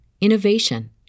innovation